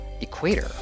equator